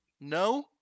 No